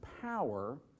power